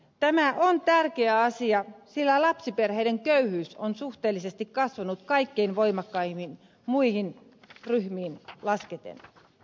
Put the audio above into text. tämä on tärkeä asia sillä lapsiperheiden köyhyys on suhteellisesti kasvanut kaikkein voimakkaimmin muihin ryhmiin verraten